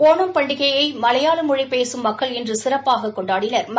ஒணம்பண்டிகையை மலையாள மொழி பேசும் மக்கள் இன்று சிறப்பாக கொண்டாடினா்